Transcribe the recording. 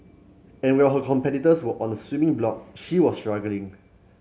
and while her competitors were on the swimming block she was struggling